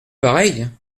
pareil